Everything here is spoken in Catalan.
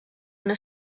una